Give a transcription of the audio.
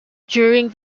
during